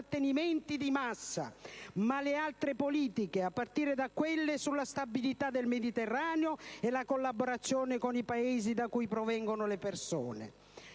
trattenimenti di massa, ma le altre politiche, a partire da quelle sulla stabilità del Mediterraneo e dalla collaborazione con i Paesi da cui provengono le persone.